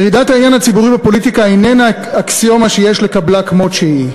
ירידת העניין הציבורי בפוליטיקה איננה אקסיומה שיש לקבלה כמות שהיא.